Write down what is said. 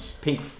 Pink